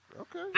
Okay